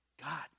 God